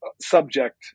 subject